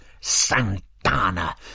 Santana